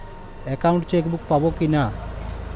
Account chequebook পাবো কি না?